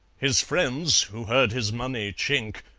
his friends, who heard his money chink,